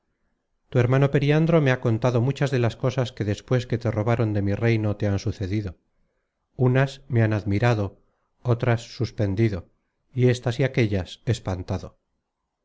tu hermano periandro me ha contado muchas de las cosas que despues que te robaron de mi reino te han sucedido unas me han admirado otras suspendido y éstas y aquellas espantado